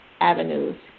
avenues